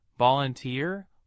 Volunteer